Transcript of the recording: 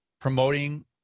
promoting